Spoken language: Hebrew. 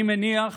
אני מניח